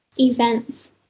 Events